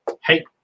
hey